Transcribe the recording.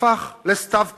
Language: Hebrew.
הפך לסתיו קריר,